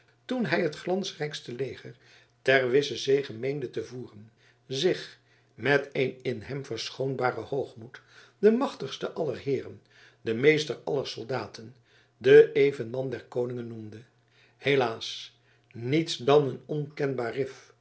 toen hij het glansrijkste leger ter wisse zege meende te voeren zich met een in hem verschoonbaren hoogmoed den machtigsten aller heeren den meester aller soldaten den evenman der koningen noemde helaas niets dan een onkenbaar